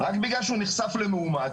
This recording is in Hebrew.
רק בגלל שהוא נחשף למאומת,